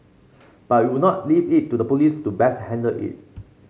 but we would now leave it to the police to best handle it